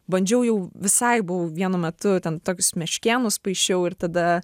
bandžiau jau visai buvau vienu metu ten tokius meškėnus paišiau ir tada